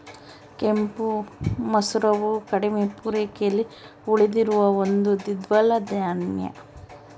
ಕೆಂಪು ಮಸೂರವು ಕಡಿಮೆ ಪೂರೈಕೆಯಲ್ಲಿ ಉಳಿದಿರುವ ಒಂದು ದ್ವಿದಳ ಧಾನ್ಯ